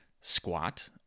squat